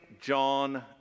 John